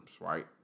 right